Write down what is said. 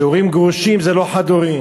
שהורים גרושים זה לא חד-הוריים.